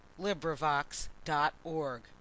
LibriVox.org